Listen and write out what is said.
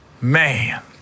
Man